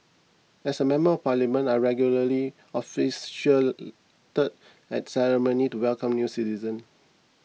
as a member of parliament I regularly officiated at ceremonies to welcome new citizens